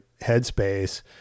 headspace